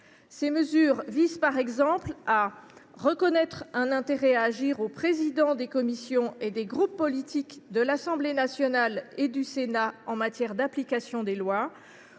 Ces mesures visent, par exemple, à reconnaître un intérêt à agir aux présidents des commissions et des groupes politiques de l’Assemblée nationale et du Sénat en matière d’application des lois,